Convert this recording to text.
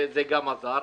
זה גם עזר.